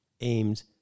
aimed